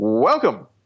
Welcome